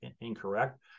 incorrect